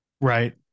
right